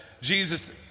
jesus